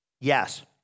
Yes